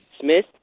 Smith